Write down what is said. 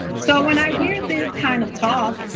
so, when i hear this kind of talk,